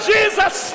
Jesus